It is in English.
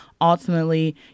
Ultimately